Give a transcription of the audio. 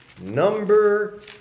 number